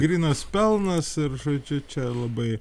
grynas pelnas ir žodžiu čia labai